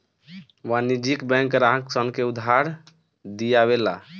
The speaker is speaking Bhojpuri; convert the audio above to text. वाणिज्यिक बैंक ग्राहक सन के उधार दियावे ला